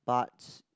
but